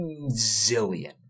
zillion